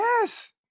Yes